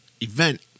event